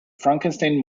frankenstein